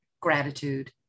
gratitude